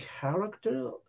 character